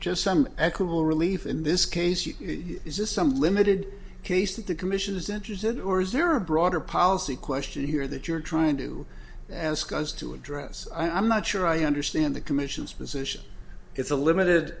just some equitable relief in this case you just some limited case that the commission is interested or is there a broader policy question here that you're trying to ask us to address i'm not sure i understand the commission's position it's a limited